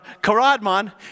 Karadman